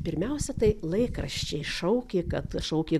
pirmiausia tai laikraščiai šaukė kad šaukė